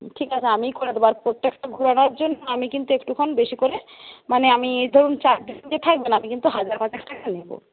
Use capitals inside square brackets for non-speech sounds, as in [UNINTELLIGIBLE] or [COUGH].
ঠিক আছে আমিই করে দেবো আর প্রত্যেকটা ঘোরানোর জন্য আমি কিন্তু একটুক্ষণ বেশী করে মানে আমি এই ধরুন [UNINTELLIGIBLE] থাকবে না কিন্তু হাজার পাঁচেক টাকা নেবো